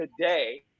today